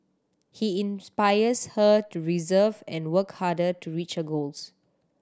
he inspires her to reserve and work harder to reach her goals